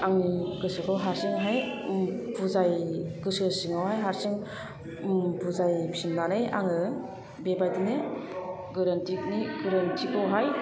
आंनि गोसोखौ हारसिङैहाय बुजाय फिननानै आङो बेबायदिनो गोरोन्थिनि गोरोन्थिखौहाय